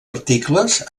articles